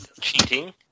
cheating